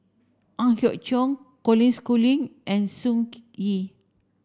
Ang Hiong Chiok Colin Schooling and Sun Yee